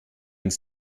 uns